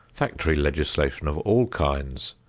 factory legislation of all kinds,